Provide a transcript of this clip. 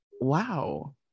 wow